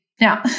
Now